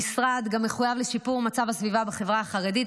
המשרד גם מחויב לשיפור מצב הסביבה בחברה החרדית,